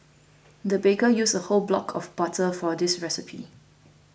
the baker used a whole block of butter for this recipe